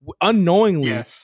unknowingly